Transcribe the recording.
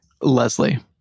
Leslie